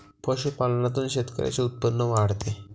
पशुपालनातून शेतकऱ्यांचे उत्पन्न वाढते